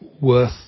worth